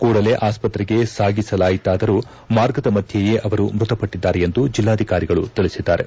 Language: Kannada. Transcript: ಕೂಡಲೇ ಆಸ್ವತ್ರೆಗೆ ಸಾಗಿಸಲಾಯಿತಾದರೂ ಮಾರ್ಗದ ಮಧ್ಯೆಯೇ ಅವರು ಮೃತಪಟ್ಟಿದ್ದಾರೆ ಎಂದು ಜಿಲ್ಲಾಧಿಕಾರಿಗಳು ತಿಳಿಸಿದ್ದಾರೆ